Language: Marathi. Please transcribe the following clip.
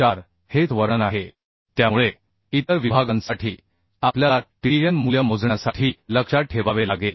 4 हेच वर्णन आहे त्यामुळे इतर विभागांसाठी आपल्याला TDN मूल्य मोजण्यासाठी लक्षात ठेवावे लागेल